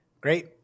Great